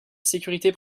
sécurité